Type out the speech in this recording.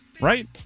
right